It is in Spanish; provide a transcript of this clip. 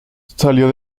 salió